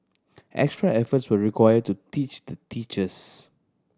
extra efforts were required to teach the teachers